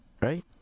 right